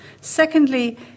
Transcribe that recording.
Secondly